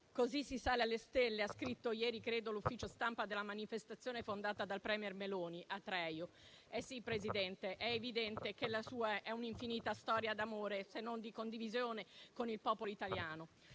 così si sale alle stelle, ha scritto ieri, credo, l'ufficio stampa della manifestazione fondata dal *premier* Meloni, Atreju. Sì, Presidente, è evidente che la sua è un'infinita storia d'amore, se non di condivisione, con il popolo italiano.